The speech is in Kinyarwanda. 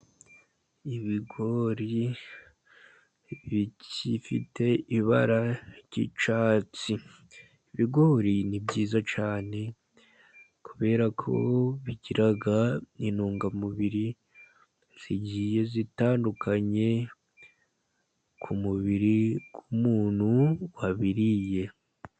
Ibigori bifite ibara ry'icyatsi. Ibigori ni byiza cyane, kubera ko bigira intungamubiri zigiye zitandukanye ku mubiri w'umuntu wabiriye.